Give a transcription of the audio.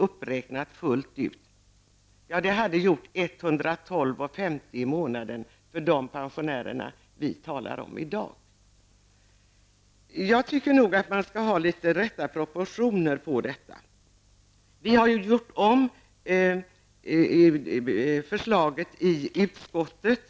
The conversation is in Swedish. Ja, det hade alltså inneburit en höjning med 112:50 i månaden för de pensionärer som vi i dag talar om. Jag tror emellertid att det är nödvändigt att ha de rätta proportionerna i detta avseende. Förslaget har ju gjorts om i utskottet.